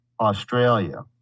Australia